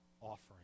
offering